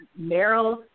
Meryl